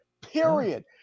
Period